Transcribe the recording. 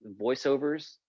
voiceovers